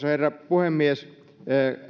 herra puhemies